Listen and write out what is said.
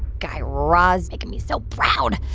guy raz, making me so proud.